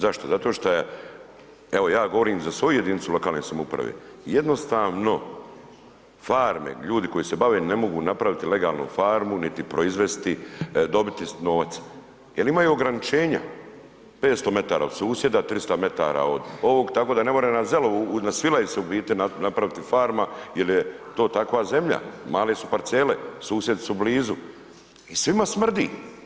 Zašto, zato što je evo ja govorim za svoju jedinicu lokalne samouprave, jednostavno farme, ljudi koji se bave ne mogu napraviti legalnu farmu niti proizvesti, dobiti novac jer imaju ograničenja 500 metara od susjeda, 300 metara od ovog tako na nemore na …/nerazumljivo/… na Svilaj se u biti napraviti farma jer je to takva zemlja, male su parcele, susjedi su blizu i svima smrdi.